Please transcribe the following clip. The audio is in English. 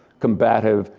combative,